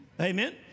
Amen